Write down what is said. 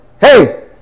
hey